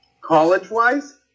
College-wise